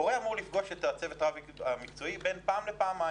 הורה אמור לפגוש את הצוות המקצועי פעם או פעמיים.